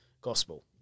gospel